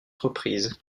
reprises